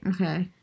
Okay